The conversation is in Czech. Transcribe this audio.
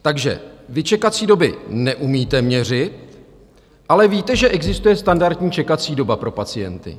Takže vy čekací doby neumíte měřit, ale víte, že existuje standardní čekací doba pro pacienty.